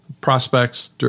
prospects